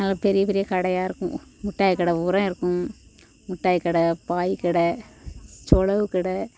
நல்லா பெரிய பெரிய கடையாக இருக்கும் முட்டாய் கடை பூராம் இருக்கும் முட்டாய் கடை பாய் கடை சொலவு கடை